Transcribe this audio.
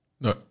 no